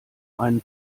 einen